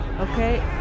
Okay